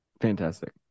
fantastic